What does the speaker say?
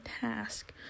task